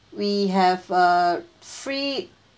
we have a free